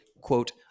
quote